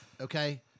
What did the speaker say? okay